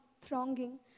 thronging